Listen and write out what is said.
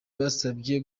basabye